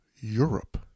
Europe